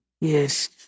Yes